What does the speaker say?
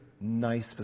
nice